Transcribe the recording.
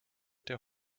der